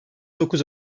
dokuz